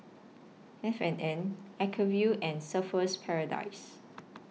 F and N Acuvue and Surfer's Paradise